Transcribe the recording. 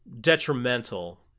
detrimental